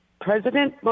President